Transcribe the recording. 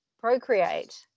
procreate